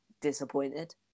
disappointed